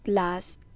last